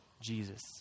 Jesus